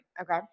Okay